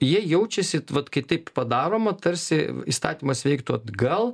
jie jaučiasi vat kai taip padaroma tarsi įstatymas veiktų atgal